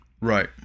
right